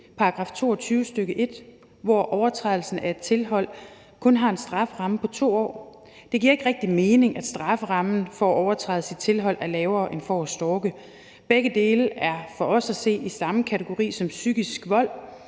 § 22, stk. 1, hvor overtrædelsen af et tilhold kun har en strafferamme på 2 år. Det giver ikke rigtig mening, at strafferammen for at overtræde sit tilhold er lavere end for at stalke. Begge dele er for os at se i samme kategori som psykisk vold,